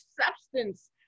substance